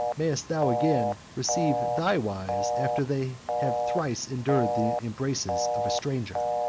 mayest thou again receive thy wives after they have thrice endured the embraces of a stranger.